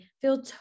feel